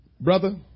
Brother